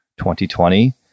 2020